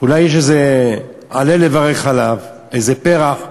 אולי יש איזה עלה לברך עליו, איזה פרח,